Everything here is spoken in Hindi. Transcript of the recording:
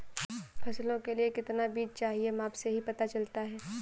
फसलों के लिए कितना बीज चाहिए माप से ही पता चलता है